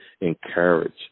encourage